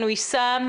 בוקר טוב, עיסאם.